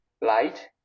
light